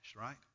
right